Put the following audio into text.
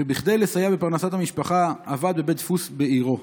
וכדי לסייע בפרנסת המשפחה עבד בבית דפוס בעירו.